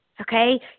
Okay